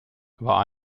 war